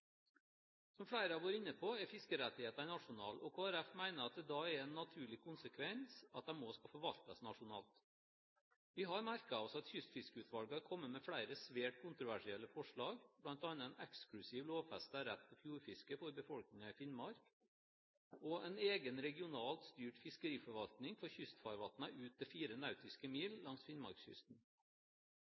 Som flere har vært inn på, er fiskerettighetene nasjonale, og Kristelig Folkeparti mener at det da er en naturlig konsekvens at de også skal forvaltes nasjonalt. Vi har merket oss at Kystfiskeutvalget har kommet med flere svært kontroversielle forslag, bl.a. om en eksklusiv lovfestet rett til fjordfiske for befolkningen i Finnmark og om en egen regionalt styrt fiskeriforvaltning for kystfarvannene ut til fire nautiske mil langs Finnmarkskysten.